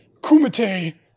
kumite